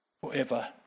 forever